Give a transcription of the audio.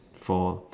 for